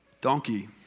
donkey